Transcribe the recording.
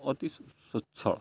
ଅତି ସ୍ୱଚ୍ଛଳ